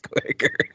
quicker